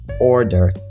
order